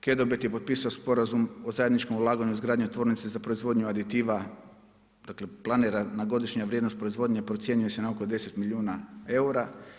Kedobet je potpisao sporazum o zajedničkom ulaganju u izgradnju tvornice za proizvodnju aditiva dakle planirana godišnja vrijednost proizvodnje procjenjuje se na oko 10 milijuna eura.